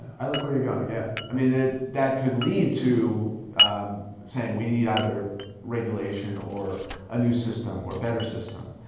i like where you're going. yeah. heffner i mean that could lead to saying we need either regulation or a new system or better system.